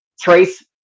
Trace